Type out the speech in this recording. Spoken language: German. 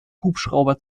hubschrauber